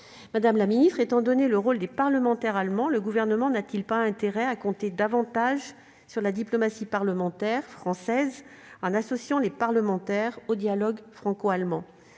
Madame la ministre, étant donné le rôle des parlementaires allemands, le Gouvernement n'a-t-il pas intérêt à compter davantage sur la diplomatie parlementaire française en associant les parlementaires au dialogue franco-allemand ?